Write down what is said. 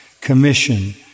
commission